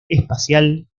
espacial